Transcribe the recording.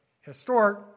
historic